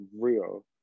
real